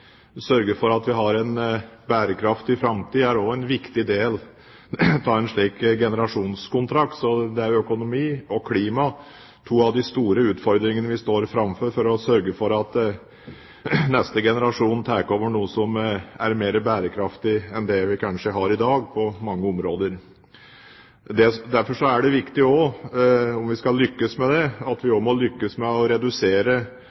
sørge for at vi har en bærekraftig framtid – også er en viktig del av en slik generasjonskontrakt. Så økonomi og klima er to av de store utfordringene vi står framfor for å sørge for at neste generasjon tar over noe som er mer bærekraftig enn det vi kanskje har i dag på mange områder. Derfor er det viktig om vi skal lykkes med det, at vi også lykkes med å redusere